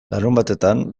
larunbatetan